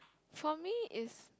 for me is